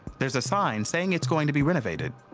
there's a sign saying it's going to be renovated.